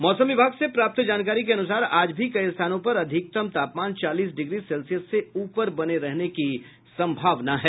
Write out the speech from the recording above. मौसम विभाग से प्राप्त जानकारी के अनुसार आज भी कई स्थानों पर अधिकतम तापमान चालीस डिग्री सेल्सियस से ऊपर बने रहने की सम्भावना है